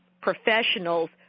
professionals